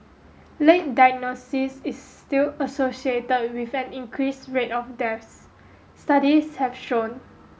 late diagnosis is still associated with an increase rate of deaths studies have shown